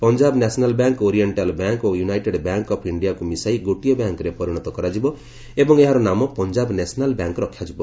Punjab National Bank Oriental Bank ଓ United Bank of ଇଣ୍ଡିଆକୁ ମିଶାଇ ଗୋଟିଏ ବ୍ୟାଙ୍କ୍ରେ ପରିଣତ କରାଯିବ ଏବଂ ଏହାର ନାମ ପଞ୍ଜାବ ନ୍ୟାସନାଲ ବ୍ୟାଙ୍କ ରହିବ